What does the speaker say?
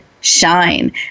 shine